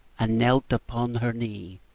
and knelt upon her knee